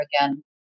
again